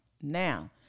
Now